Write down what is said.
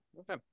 Okay